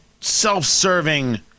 self-serving